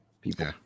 people